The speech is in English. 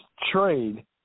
trade